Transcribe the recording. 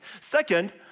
Second